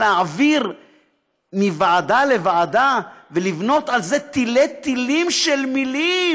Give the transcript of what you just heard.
להעביר מוועדה לוועדה ולבנות על זה תילי-תילים של מילים,